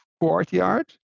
courtyard